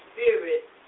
spirit